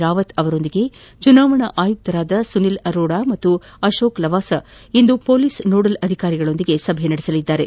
ರಾವತ್ ಅವರೊಂದಿಗೆ ಚುನಾವಣಾ ಆಯುಕರುಗಳಾದ ಸುನೀಲ್ ಅರೋರಾ ಹಾಗೂ ಅಶೋಕ್ ಲವಾಸಾ ಇಂದು ಪೊಲೀಸ್ ನೋಡಲ್ ಅಧಿಕಾರಿಗಳೊಂದಿಗೆ ಸಭೆ ನಡೆಸಲಿದ್ದಾರೆ